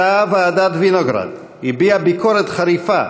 אותה ועדת וינוגרד הביעה ביקורת חריפה